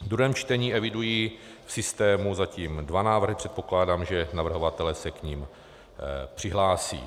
V druhém čtení eviduji v systému zatím dva návrhy, předpokládám, že navrhovatelé se k nim přihlásí.